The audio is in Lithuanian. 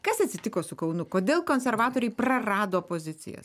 kas atsitiko su kaunu kodėl konservatoriai prarado pozicijas